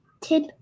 tip